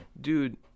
Dude